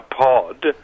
pod